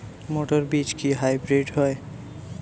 মটর বীজ কি হাইব্রিড হয়?